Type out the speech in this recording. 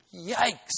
yikes